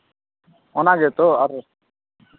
ᱚᱱᱟ ᱜᱮᱛᱚ ᱟᱨ